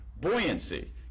buoyancy